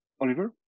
Oliver